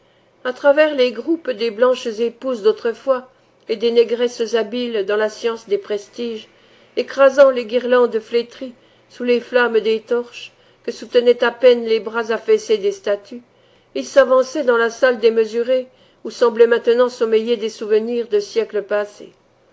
à travers les groupes des blanches épouses d'autrefois et des négresses habiles dans la science des prestiges écrasant les guirlandes flétries sous les flammes des torches que soutenaient à peine les bras affaissés des statues il s'avançait dans la salle démesurée où semblaient maintenant sommeiller des souvenirs de siècles passés